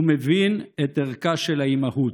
הוא מבין את ערכה של האימהות.